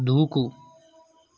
దూకు